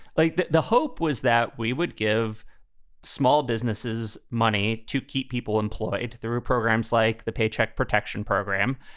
like the the hope was that we would give small businesses money to keep people employed through programs like the paycheck protection program,